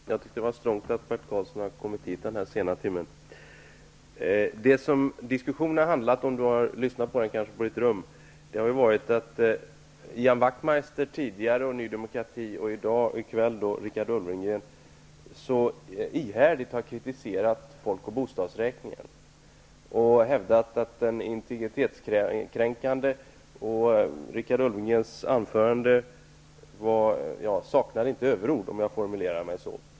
Herr talman! Jag tycker det är strongt att Bert Karlsson har kommit hit denna sena timme. Om Bert Karlsson har lyssnat till diskussionen på sitt rum har han hört att den handlat om att Ian Ulfvengren, ihärdigt har kritiserat folk och bostadsräkningen och hävdat att den är integritetskränkande. Richard Ulfvengrens anförande saknade inte överord, om jag uttrycker det så.